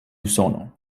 usono